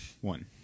One